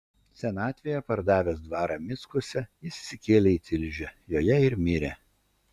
senatvėje pardavęs dvarą mickuose jis išsikėlė į tilžę joje ir mirė